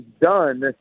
done